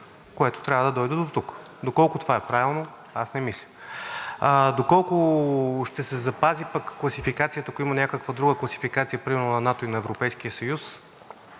което трябва да дойде дотук. Доколко това е правилно, аз не мисля. Доколко ще се запази пък класификацията, ако има някаква друга класификация, примерно на НАТО и на Европейския съюз,